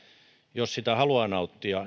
jos sitä haluaa nauttia